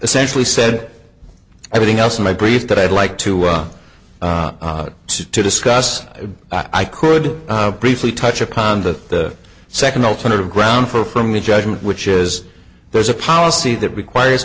essentially said everything else in my brief that i'd like to see to discuss i could briefly touch upon the second alternative ground for from the judgement which is there's a policy that requires